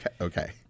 Okay